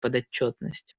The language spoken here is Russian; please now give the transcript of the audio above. подотчетность